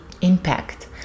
impact